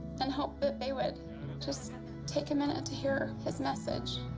and hope that they would just take a minute to hear his message.